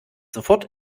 sofort